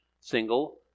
single